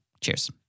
Cheers